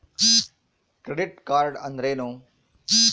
Credit card ಅಂದ್ರೇನು?